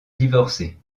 divorcer